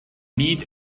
need